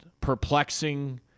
perplexing